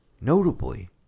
notably